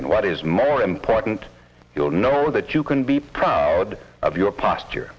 and what is more important you will know that you can be proud of your posture